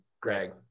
Greg